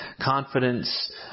Confidence